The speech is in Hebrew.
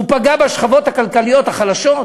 הוא פגע בשכבות הכלכליות החלשות.